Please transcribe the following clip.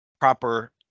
proper